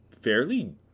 fairly